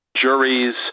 juries